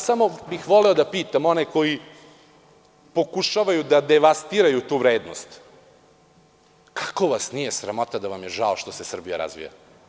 Samo bih voleo da pitam one koji pokušavaju da devastiraju tu vrednost – kako vas nije sramota da vam je žao što se Srbija razvija?